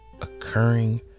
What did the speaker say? occurring